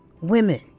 women